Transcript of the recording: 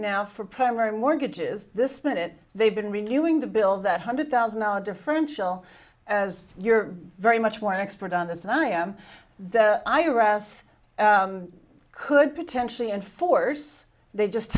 now for primary mortgages this minute they've been reviewing the bill that hundred thousand dollars differential as you're very much more an expert on this than i am that i rest could potentially and force they just